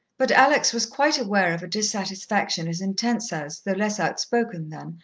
but alex was quite aware of a dissatisfaction as intense as, though less outspoken than,